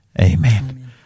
Amen